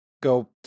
go